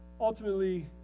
ultimately